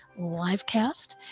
livecast